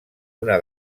una